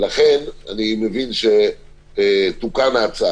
ולכן אני מבין שתוקנה ההצעה